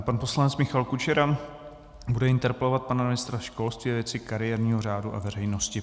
Pan poslanec Michal Kučera bude interpelovat pana ministra školství ve věci kariérního řádu a veřejnosti.